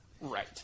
Right